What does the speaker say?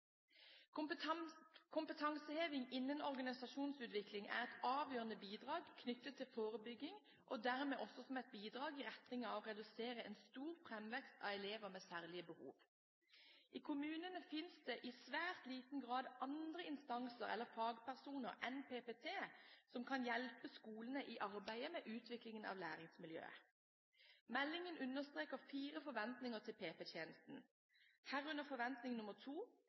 Kompetanseheving innen organisasjonsutvikling er et avgjørende bidrag knyttet til forebygging og dermed også et bidrag i retning av å redusere en stor framvekst av elever med særlige behov. I kommunene fins det i svært liten grad andre instanser eller fagpersoner enn PPT som kan hjelpe skolene i arbeidet med utvikling av læringsmiljøet. Meldingen understreker fire forventninger til PP-tjenesten, herunder